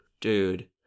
dude